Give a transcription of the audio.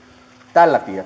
tällä